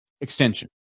Extension